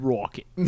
Rocket